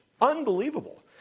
Unbelievable